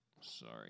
Sorry